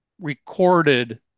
recorded